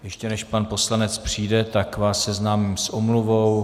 Ještě než pan poslanec přijde, vás seznámím s omluvou.